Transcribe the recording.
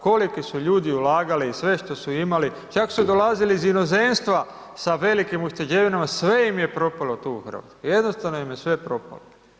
Koliki su ljudi ulagali i sve što su imali, čak su dolazili iz inozemstva sa velikim ušteđevinama, sve im je propalo tu u Hrvatskoj, jednostavno im je sve propalo.